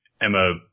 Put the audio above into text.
Emma